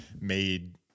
made